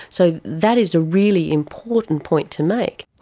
so that is a really important point to make.